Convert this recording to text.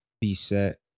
beset